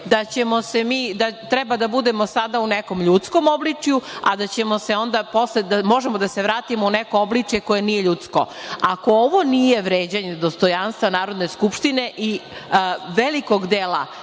da treba sada da budemo u nekom ljudskom obličju, a da posle možemo da se vratimo u neko obličje koje nije ljudsko. Ako ovo nije vređanje dostojanstva Narodne skupštine i velikog dela